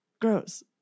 Gross